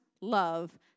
love